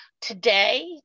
today